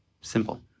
simple